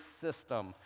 system